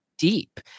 Deep